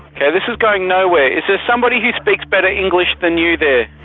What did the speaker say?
okay this is going nowhere. is there somebody who speaks better english than you there?